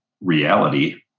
reality